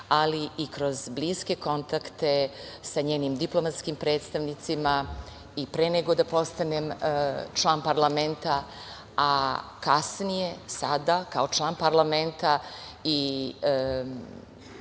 ali i kroz bliske kontakte sa njenim diplomatskim predstavnicima i pre nego da postanem član parlamenta, a kasnije, sada kao član parlamenta i